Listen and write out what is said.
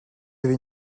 avez